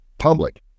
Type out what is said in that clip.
Public